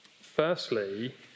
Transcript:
Firstly